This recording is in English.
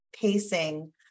pacing